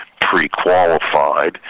pre-qualified